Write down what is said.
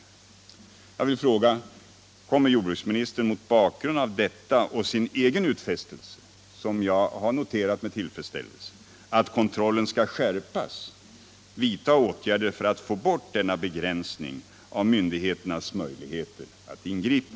Jag vill därför fråga: Kommer jordbruksministern mot bakgrund av detta och sin egen utfästelse att kontrollen skall skärpas — som jag har noterat med tillfredsställelse — att vidta åtgärder för att få bort denna begränsning av myndigheternas möjligheter att ingripa?